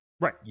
Right